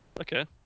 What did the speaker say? Okay